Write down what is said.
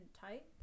type